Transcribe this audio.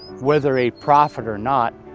whether a prophet or not,